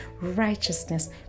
righteousness